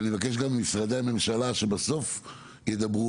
ואני גם מבקש ממשרדי הממשלה שבסוף ידברו,